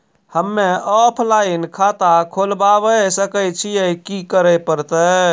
हम्मे ऑफलाइन खाता खोलबावे सकय छियै, की करे परतै?